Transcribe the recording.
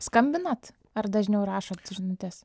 skambinat ar dažniau rašot žinutes